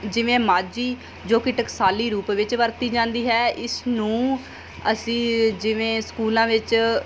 ਜਿਵੇਂ ਮਾਝੀ ਜੋ ਕਿ ਟਕਸਾਲੀ ਰੂਪ ਵਿੱਚ ਵਰਤੀ ਜਾਂਦੀ ਹੈ ਇਸ ਨੂੰ ਅਸੀਂ ਜਿਵੇਂ ਸਕੂਲਾਂ ਵਿੱਚ